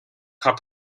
cup